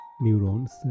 neurons